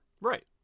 Right